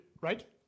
right